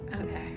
Okay